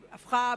הפכה,